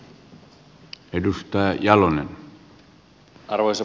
arvoisa puhemies